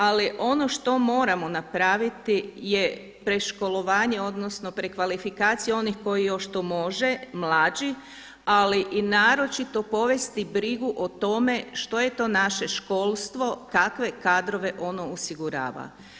Ali ono što moramo napraviti je preškolovanje, odnosno prekvalifikacija onih koji još to može, mlađi ali i naročito povesti brigu o tome što je to naše školstvo, kakve kadrove ono osigurava.